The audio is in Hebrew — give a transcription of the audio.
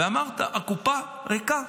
אמרת: הקופה ריקה